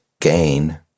gain